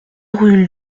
rue